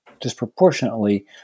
disproportionately